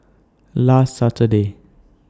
last Saturday